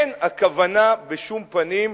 אין הכוונה בשום פנים,